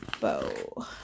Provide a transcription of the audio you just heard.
bow